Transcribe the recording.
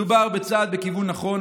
מדובר בצעד בכיוון נכון,